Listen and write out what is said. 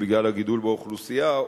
בגלל הגידול באוכלוסייה,